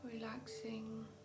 Relaxing